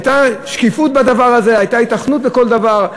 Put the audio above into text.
הייתה שקיפות בדבר הזה, הייתה היתכנות לכל דבר.